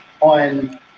on